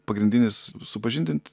pagrindinis supažindint